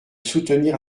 soutenir